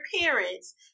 parents